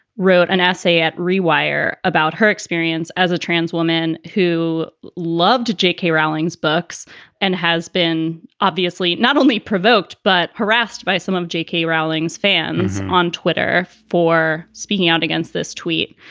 wrote an essay at rewire about her experience as a trans woman who loved j k. rowling's books and has been obviously not only provoked but harassed by some of j k. rowling's fans on twitter for speaking out against this tweet.